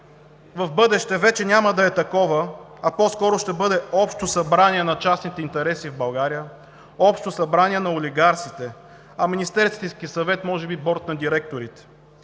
в бъдеще вече няма да е такова, а по-скоро ще бъде Общо събрание на частните интереси в България, Общо събрание на олигарсите, а Министерският съвет – може би Борд на директорите,